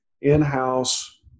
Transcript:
in-house